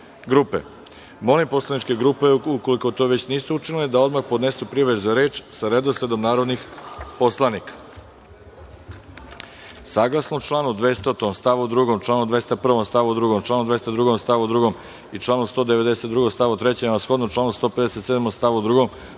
grupe. Molim poslaničke grupe, ukoliko to već nisu učinile, da odmah podnesu prijave za reč sa redosledom narodnih poslanika. Saglasno članu 200. stav 2, članu 201. stavu 2, članu 202. stavu 2. i članu 192. stavu 3. a shodno članu 157. stavu 2.